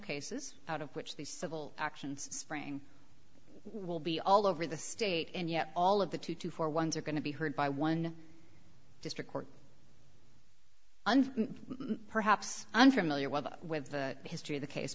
cases out of which the civil actions spring will be all over the state and yet all of the two to four ones are going to be heard by one district court and perhaps unfamiliar with the history of the case